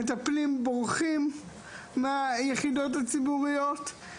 מטפלים בורחים מהיחידות הציבוריות,